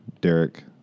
Derek